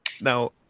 now